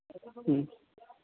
ഉം